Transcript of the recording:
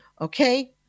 Okay